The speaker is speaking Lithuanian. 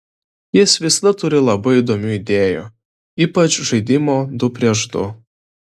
jis visada turi labai įdomių idėjų ypač žaidimo du prieš du